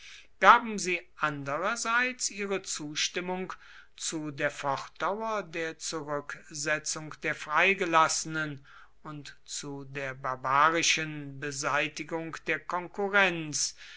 gaben sie andererseits ihre zustimmung zu der fortdauer der zurücksetzung der freigelassenen und zu der barbarischen beseitigung der konkurrenz